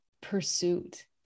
pursuit